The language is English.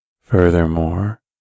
Furthermore